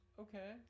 okay